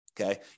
Okay